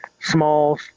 small